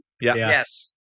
Yes